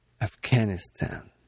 Afghanistan